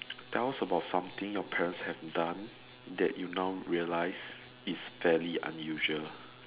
tell us about something your parents have done that you now realize is fairly unusual